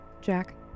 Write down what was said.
Jack